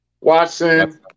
Watson